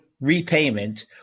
repayment